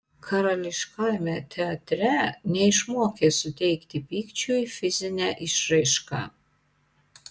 karališkajame teatre neišmokė suteikti pykčiui fizinę išraišką